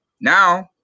now